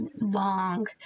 long